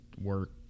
work